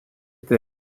there